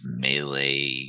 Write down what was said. melee